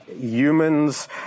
humans